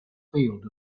field